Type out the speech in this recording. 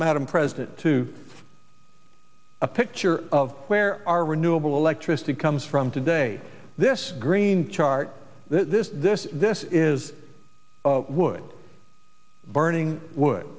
madam president to a picture of where our renewable electricity comes from today this green chart this this this is wood burning w